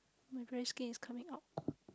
my dry skin is coming out